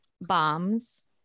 bombs